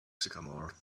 sycamore